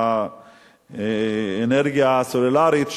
האנרגיה הסולרית,